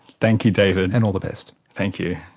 thank you david. and all the best. thank you.